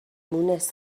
مونس